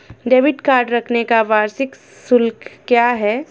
Debit card रखने का वार्षिक शुल्क क्या है?